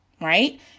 right